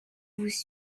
vous